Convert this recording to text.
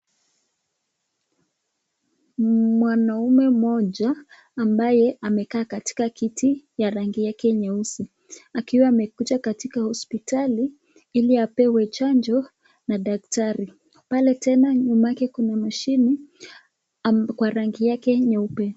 Mwanaume moja ambaye amekaa katika ya kiti ya rangi yake nyeupe akuiwa amekuja katika hospitali hili apewe chanjo na daktari, pale tena maji kwenye shimo kwa rangi yake nyeupe.